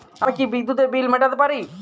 আমি কি বিদ্যুতের বিল মেটাতে পারি?